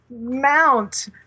mount